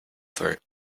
throat